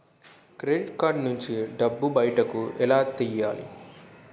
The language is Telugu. క్రెడిట్ కార్డ్ నుంచి డబ్బు బయటకు ఎలా తెయ్యలి?